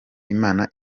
imana